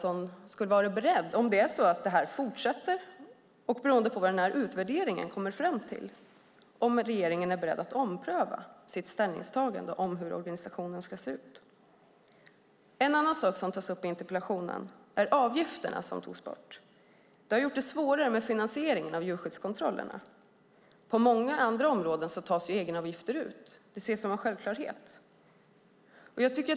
Om detta fortsätter och beroende på vad utvärderingen kommer fram till undrar jag om regeringen är beredd att ompröva sitt ställningstagande till hur organisationen ska se ut. En annan sak som tas upp i interpellationen är avgifterna, som togs bort. Det har gjort det svårare med finansieringen av djurskyddskontrollerna. På många andra områden tas egenavgifter ut. Det ses som en självklarhet.